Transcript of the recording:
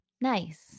nice